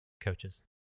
coaches